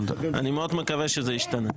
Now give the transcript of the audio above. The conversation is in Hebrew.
אני מאוד מקווה שזה ישתנה.